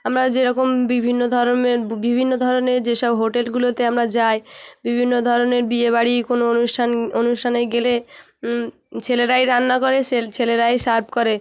আমরা যেরকম বিভিন্ন ধরনের বিভিন্ন ধরনের যেসব হোটেলগুলোতে আমরা যাই বিভিন্ন ধরনের বিয়েবাড়ি কোনো অনুষ্ঠান অনুষ্ঠানে গেলে ছেলেরাই রান্না করে সে ছেলেরাই সার্ভ করে